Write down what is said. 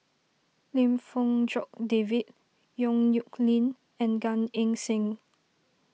Lim Fong Jock David Yong Nyuk Lin and Gan Eng Seng